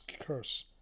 curse